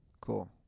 Cool